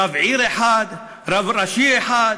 רב עיר אחד, רב ראשי אחד.